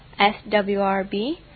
swrb